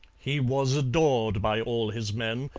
he was adored by all his men,